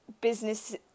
business